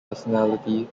personality